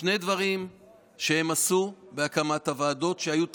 שני דברים שהם עשו בהקמת הוועדות שהיו תקדימיים.